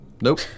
Nope